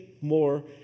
more